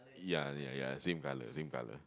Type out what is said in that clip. ya ya ya same colour same colour